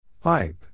Pipe